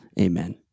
amen